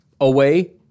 Away